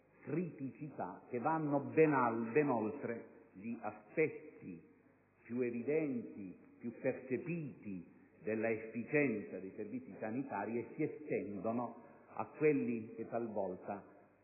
criticità che vanno ben oltre gli aspetti più evidenti e più percepiti della efficienza dei servizi sanitari e si estendono a quelli che, talvolta,